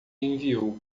enviou